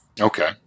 Okay